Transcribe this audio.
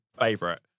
favorite